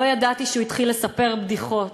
לא ידעתי שהוא התחיל לספר בדיחות.